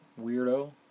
Weirdo